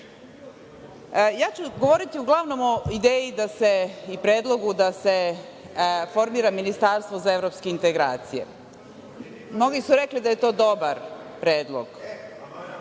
ciljeve. Govoriću uglavnom o ideji i predlogu da se formira ministarstvo za evropske integracije. Mnogi su rekli da je to dobar predlog.